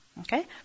Okay